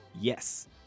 Yes